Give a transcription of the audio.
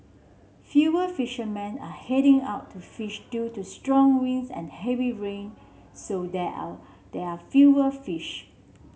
fewer fishermen are heading out to fish due to strong winds and heavy rain so there are there are fewer fish